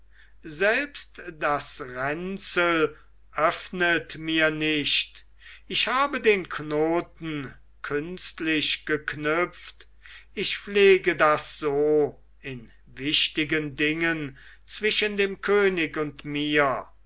selbst das ränzel öffnet mir nicht ich habe den knoten künstlich geknüpft ich pflege das so in wichtigen dingen zwischen dem könig und mir